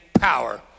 power